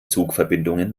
zugverbindungen